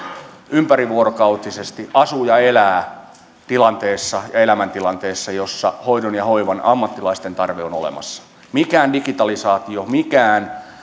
ympärivuorokautisesti asuu ja elää tilanteessa ja elämäntilanteessa jossa hoidon ja hoivan ammattilaisten tarve on olemassa mikään digitalisaatio mikään